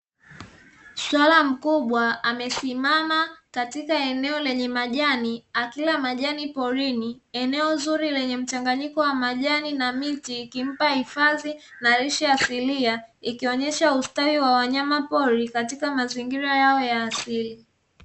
Swala mkubwa amesimama katika eneo la majani akila majani porini, eneo zuri lenye mchanganyiko wa majani na miti ikimpa hifadhi na lishe asilia, ikionyesha ustawi wa wanyama pori katika mazingira yao ya asili.